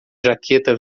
jaqueta